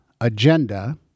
agenda